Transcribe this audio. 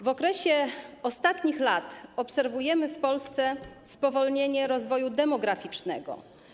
W ostatnich latach obserwujemy w Polsce spowolnienie rozwoju demograficznego.